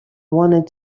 wanted